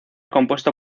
compuesto